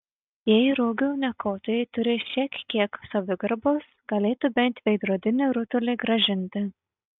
jei rogių niokotojai turi šiek kiek savigarbos galėtų bent veidrodinį rutulį grąžinti